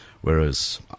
whereas